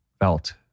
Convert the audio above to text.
felt